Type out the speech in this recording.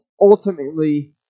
ultimately